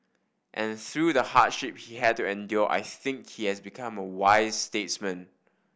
and through the hardship he had to endure I think he has become a wise statesman